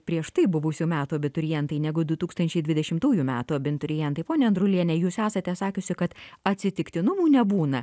prieš tai buvusių metų abiturientai negu du tūkstančiai dvidešimtųjų metų ambiturientai ponia andruliene jūs esate sakiusi kad atsitiktinumų nebūna